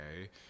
okay